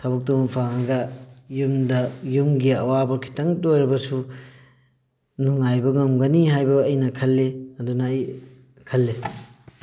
ꯊꯕꯛꯇꯨꯃ ꯄꯥꯡꯉꯒ ꯌꯨꯝꯗ ꯌꯨꯝꯒꯤ ꯑꯋꯥꯕ ꯈꯤꯇꯪꯇ ꯑꯣꯏꯔꯕꯁꯨ ꯅꯨꯡꯉꯥꯏꯕ ꯉꯝꯒꯅꯤ ꯍꯥꯏꯕ ꯑꯩꯅ ꯈꯜꯂꯤ ꯑꯗꯨꯅ ꯑꯩ ꯈꯜꯂꯦ